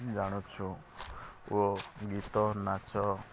ଜାଣୁଛୁ ଓ ଗୀତ ନାଚ